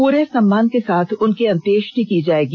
पूरे सम्मान के साथ उनकी अन्त्येष्टि की जाएगी